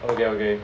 okay okay